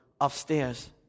upstairs